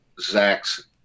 Zach's